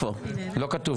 לא כתוב